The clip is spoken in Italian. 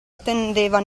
attendeva